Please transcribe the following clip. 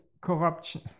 corruption